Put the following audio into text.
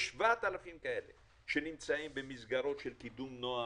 יש 7,000 כאלה שנמצאים במסגרות של קידום נוער.